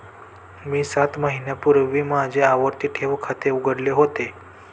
मी सात महिन्यांपूर्वी माझे आवर्ती ठेव खाते उघडले होते